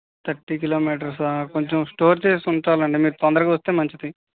thirty కిలోమీటర్సా కొంచెం store చేసుంచాలండి మీరు తొందరగా వస్తే మంచిది